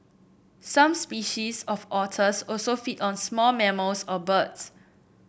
some species of otters also feed on small mammals or birds